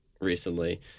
recently